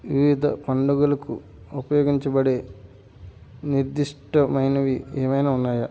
వివిధ పండుగలకు ఉపయోగించబడే నిర్దిష్టమైనవి ఏమైనా ఉన్నాయా